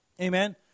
Amen